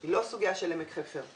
היא לא סוגיה של עמק חפר.